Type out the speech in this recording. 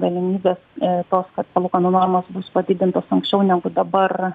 galimybes e tos kad palūkanų normos bus padidintos anksčiau negu dabar